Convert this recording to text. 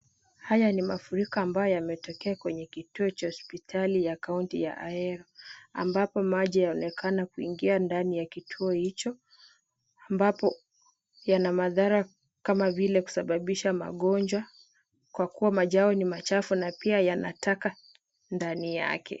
Haya ni mafuriko ambayo yametokea kwenye kituo cha hospitali ya kaunti ya Ahero ambapo maji yaonekana kuingia ndani ya kituo hicho ambapo yana madhara kama vile kusababisha magonjwa kwa kuwa maji hayo ni mchafu na pia yana taka ndani yake.